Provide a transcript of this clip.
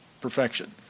perfection